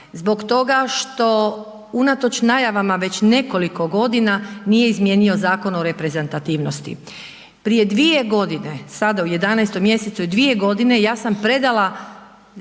zbog toga što unatoč najavama već nekoliko godina nije izmijenio Zakon o reprezentativnosti. Prije 2 godine, sada u 11. mjesecu je 2 godine i ja sam predala